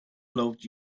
loved